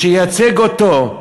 שייצג אותו,